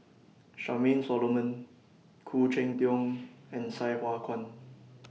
Charmaine Solomon Khoo Cheng Tiong and Sai Hua Kuan